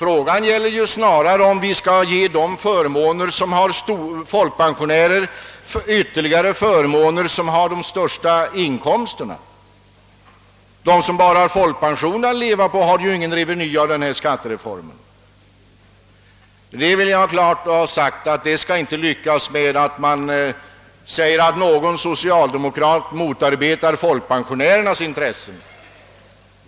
Det gäller om vi skall ge de folkpensionärer ytterligare förmåner som har de största inkomsterna, ty de som bara har folkpensionen att leva på har ingen reveny av den skattereformen genom högerns reservation. Jag vill klart säga ifrån att det inte skall kunna sägas att någon socialdemokrat motarbetar folkpensionärernas intressen.